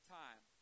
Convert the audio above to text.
time